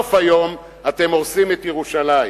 בסוף היום, אתם הורסים את ירושלים.